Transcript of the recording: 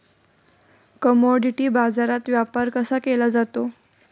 Commodity बाजारात व्यापार कसा केला जातो?